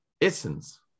essence